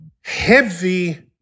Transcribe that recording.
heavy